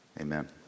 Amen